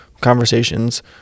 conversations